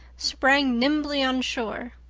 sprang nimbly on shore.